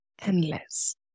endless